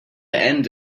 end